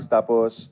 Tapos